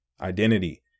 identity